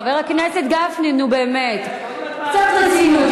חבר הכנסת גפני, נו, באמת, קצת רצינות.